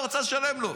לא רצה לשלם לו.